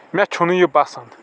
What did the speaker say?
مے چھنہٕ یِہ پسند